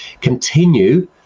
continue